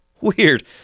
Weird